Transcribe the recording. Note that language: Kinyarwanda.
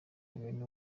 bene